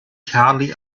hardly